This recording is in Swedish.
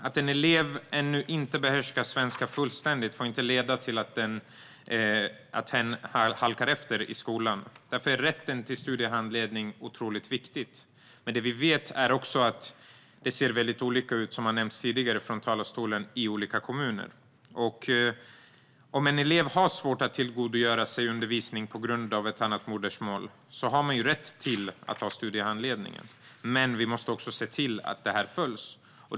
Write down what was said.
Att en elev ännu inte behärskar svenska fullständigt får inte leda till att hen halkar efter i skolan. Därför är rätten till studiehandledning otroligt viktig. Som nämnts tidigare från talarstolen vet vi att det ser väldigt olika ut i olika kommuner. Om en elev med ett annat modersmål har svårt att tillgodogöra sig undervisning har man rätt till studiehandledning. Men vi måste också se till att detta följs.